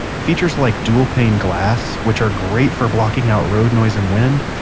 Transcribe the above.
features like dual pane glass, which are great for blocking out road noise and wind,